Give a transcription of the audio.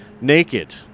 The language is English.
naked